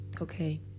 okay